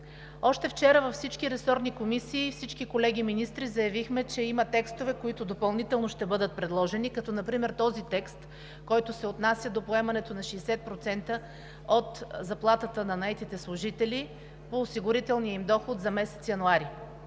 Още вчера във всички ресорни комисии всички колеги министри заявихме, че има текстове, които допълнително ще бъдат предложени, като например този текст, който се отнася до поемането на 60% от заплатата на наетите служители по осигурителния им доход за месец януари.